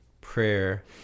prayer